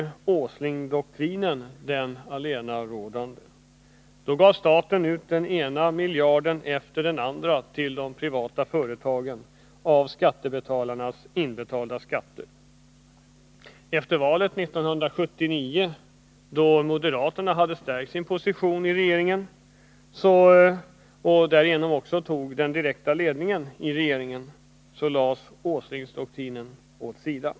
Då var Åslingdoktrinen den allenarådande. Staten gav ut den ena miljarden efter den andra av skattebetalarnas inbetalda medel till de privata företagen. Efter valet 1979, då moderaterna hade stärkt sin position i regeringen och därigenom också tog den direkta ledningen för den, lades Åslingdoktrinen åt sidan.